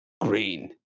Green